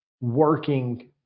working